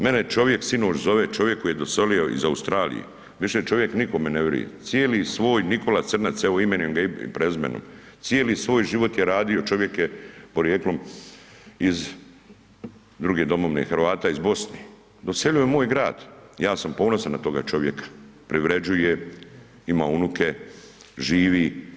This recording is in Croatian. Mene čovjek sinoć zove, čovjek koji je doselio iz Australije, više čovjek nikome ne viruje, cijeli svoj, Nikola Crnac evo imenujem ga imenom i prezimenom, cijeli svoj život je radio, čovjek je porijeklom iz druge domovine Hrvata, iz Bosne, doselio je u moj grad, ja sam ponosan na toga čovjeka, privređuje, ima unuke, živi.